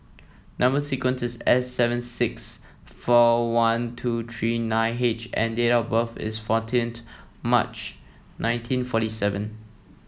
number sequence is S seven six four one two three nine H and date of birth is fourteen March nineteen forty seven